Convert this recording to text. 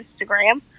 Instagram